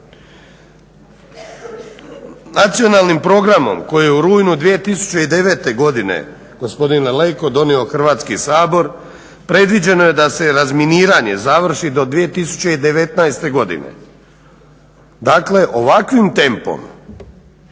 Nacionalnim programom koji je u rujnu 2009. godine, gospodine Leko donio Hrvatski sabor predviđeno je da se razminiranje završi do 2019. godine. Dakle, ovakvim tempom,